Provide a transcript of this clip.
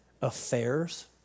Affairs